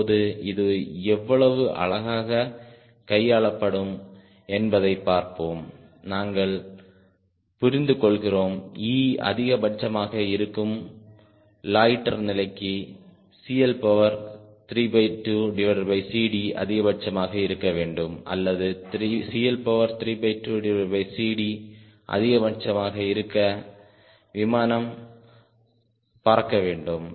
இப்போது இது எவ்வளவு அழகாக கையாளப்படும் என்பதைப் பார்ப்போம் நாங்கள் புரிந்து கொள்கிறோம் E அதிகபட்சமாக இருக்கும் லொய்ட்டர் நிலைக்கு CL32CD அதிகபட்சமாக இருக்க வேண்டும் அல்லது CL32CD அதிகபட்சமாக இருக்க விமானம் பறக்க வேண்டும்